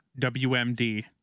WMD